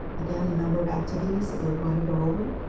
again, a number of activities that we're going to go over.